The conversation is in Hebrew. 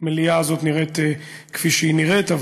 המליאה הזאת נראית כפי שהיא נראית,